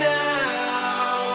now